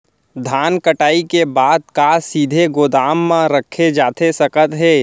धान कटाई के बाद का सीधे गोदाम मा रखे जाथे सकत हे?